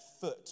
foot